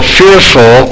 fearful